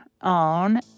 on